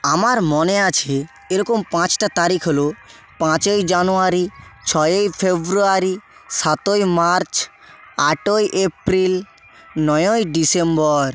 আমার মনে আছে এরকম পাঁচটা তারিখ হলো পাঁচই জানুয়ারি ছয়ই ফেব্রুয়ারি সাতই মার্চ আটই এপ্রিল নয়ই ডিসেম্বর